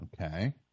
Okay